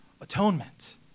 atonement